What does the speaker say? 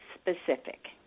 specific